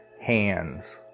hands